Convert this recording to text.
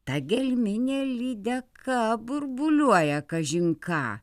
ta gelminė lydeka burbuliuoja kažin ką